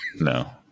No